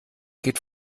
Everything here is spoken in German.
geht